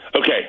Okay